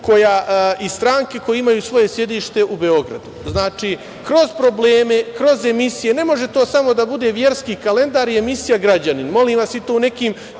i stranke koje imaju svoje sedište u Beogradu. Znači, kroz probleme, kroz emisije ne može to samo da bude „Verski kalendar“ i emisija „Građanin“, molim vas, u to u nekim